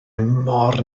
mor